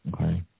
Okay